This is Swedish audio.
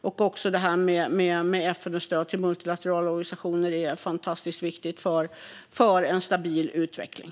Även stödet till FN och multilaterala organisationer är fantastiskt viktigt för en stabil utveckling.